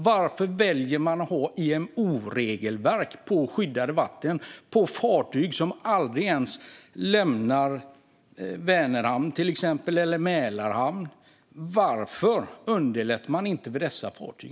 Varför väljer man att ha IMO-regelverk på skyddade vatten för fartyg som aldrig ens lämnar till exempel Vänerhamn eller Mälarhamn? Varför underlättar man inte för dessa fartyg?